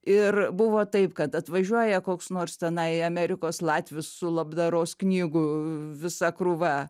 ir buvo taip kad atvažiuoja koks nors tenai amerikos latvis su labdaros knygų visa krūva